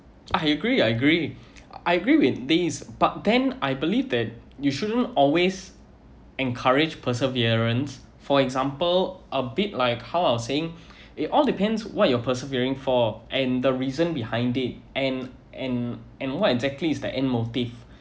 I agree I agree I agree with this but then I believe that you shouldn't always encourage perseverance for example a bit like how of saying it all depends what you're persevering for and the reason behind it and and and what exactly is that end motive